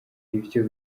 ivyo